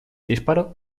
disparo